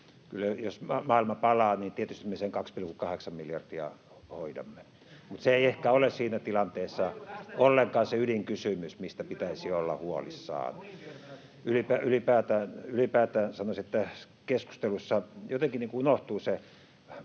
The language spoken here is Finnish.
jos maailma palaa, niin kyllä tietysti me sen 2,8 miljardia hoidamme. Mutta se ei ehkä ole siinä tilanteessa ollenkaan se ydinkysymys, [Mauri Peltokankaan välihuuto] mistä pitäisi olla huolissaan. Ylipäätään sanoisin, että tässä keskustelussa jotenkin unohtuu se